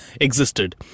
existed